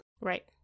Right